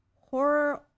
Horror